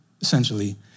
essentially